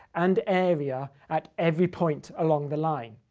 and area at every point along the line.